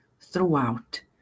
throughout